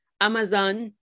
Amazon